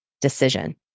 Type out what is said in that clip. decision